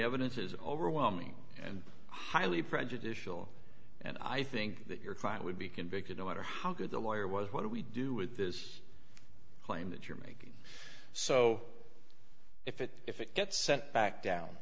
evidence is overwhelming and highly prejudicial and i think that your client would be convicted no matter how good the lawyer was what do we do with this claim that you're making so if it if it gets sent back down